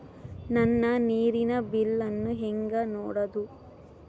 ನನ್ನ ನೇರಿನ ಬಿಲ್ಲನ್ನು ಹೆಂಗ ನೋಡದು?